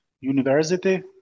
university